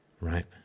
right